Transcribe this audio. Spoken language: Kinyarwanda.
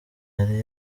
yari